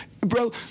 bro